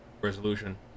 Resolution